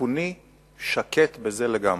מצפוני שקט בזה לגמרי.